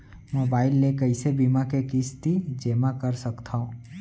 Mobile ले कइसे बीमा के किस्ती जेमा कर सकथव?